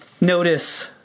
Notice